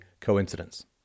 coincidence